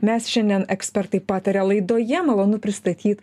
mes šiandien ekspertai pataria laidoje malonu pristatyt